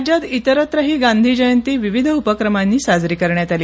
राज्यात इतसत्रही गांधी जयंती विविध उपक्रमांनी साजरी करण्यात आली